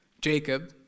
Jacob